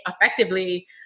effectively